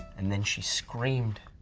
and then she screamed.